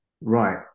Right